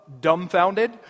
dumbfounded